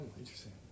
interesting